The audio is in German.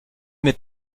mit